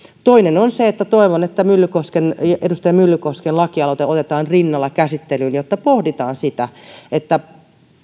toinen asia on se että toivon että edustaja myllykosken lakialoite otetaan rinnalla käsittelyyn jotta pohditaan sitä että